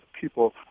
people